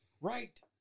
right